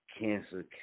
cancer